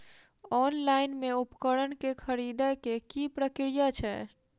Online मे उपकरण केँ खरीदय केँ की प्रक्रिया छै?